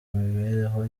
mibereho